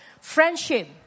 friendship